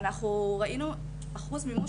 אנחנו ראינו אחוז מימוש,